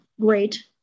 great